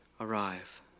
arrive